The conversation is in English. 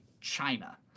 China